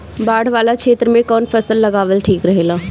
बाढ़ वाला क्षेत्र में कउन फसल लगावल ठिक रहेला?